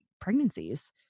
pregnancies